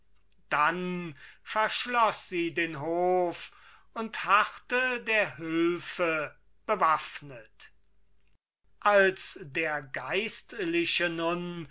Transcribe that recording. dann verschloß sie den hof und harrte der hülfe bewaffnet als der geistliche nun